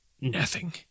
Nothing